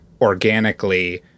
organically